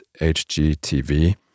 HGTV